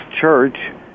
Church